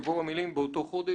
יבואו המילים "באותו חודש".